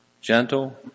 Gentle